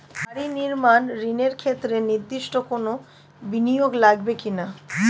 বাড়ি নির্মাণ ঋণের ক্ষেত্রে নির্দিষ্ট কোনো বিনিয়োগ লাগবে কি না?